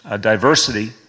diversity